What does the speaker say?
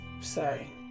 Sorry